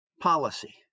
policy